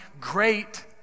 great